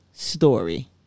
Story